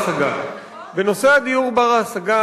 בנושא דיור בר השגה,